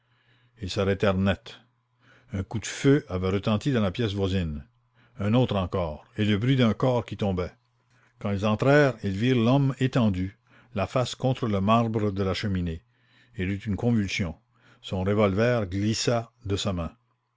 ils s'arrêtèrent net un coup de feu avait retenti dans la pièce voisine un autre encore et le bruit d'un corps qui tombe quand ils entrèrent ils virent bresson étendu la face contre le marbre de la cheminée il eut une convulsion son revolver glissa de sa main